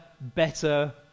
better